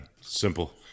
Simple